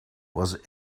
was